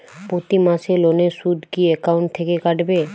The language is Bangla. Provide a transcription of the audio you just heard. প্রতি মাসে লোনের সুদ কি একাউন্ট থেকে কাটবে?